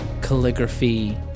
calligraphy